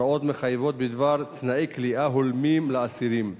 הוראות מחייבות בדבר תנאי כליאה הולמים לאסירים.